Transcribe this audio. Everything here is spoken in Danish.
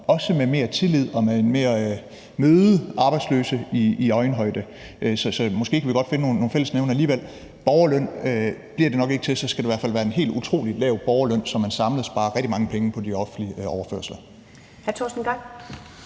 også med mere tillid og ved at møde arbejdsløse i øjenhøjde. Så måske kan vi godt finde nogle fællesnævnere alligevel. Borgerløn bliver det nok ikke til. Så skal det i hvert fald være en helt utrolig lav borgerløn, så man samlet sparer rigtig mange penge på de offentlige overførsler. Kl. 19:18 Første